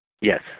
Yes